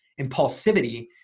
impulsivity